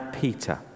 peter